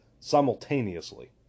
simultaneously